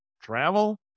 travel